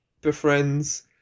befriends